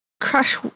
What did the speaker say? crash